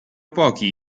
pochi